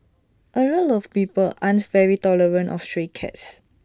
A lot of people aren't very tolerant of stray cats